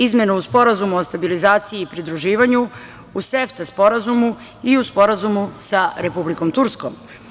Izmene u Sporazumu o stabilizaciji i pridruživanju u SEFTA sporazumu i u sporazumu sa Republikom Turskom.